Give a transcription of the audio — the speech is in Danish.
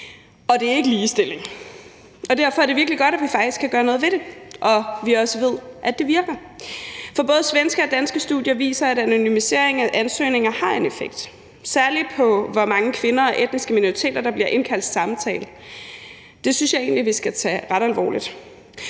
og det er ikke ligestilling. Derfor er det virkelig godt, at vi faktisk kan gøre noget ved det, og at vi også ved, at det virker. For både svenske og danske studier viser, at en anonymisering af ansøgninger har en effekt, særlig på, hvor mange kvinder og etniske minoriteter der bliver indkaldt til samtale. Det synes jeg egentlig vi skal tage ret alvorligt.